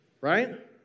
right